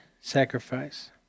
sacrifice